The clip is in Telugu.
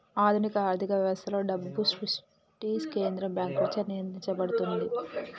ఆధునిక ఆర్థిక వ్యవస్థలలో, డబ్బు సృష్టి కేంద్ర బ్యాంకులచే నియంత్రించబడుతుంది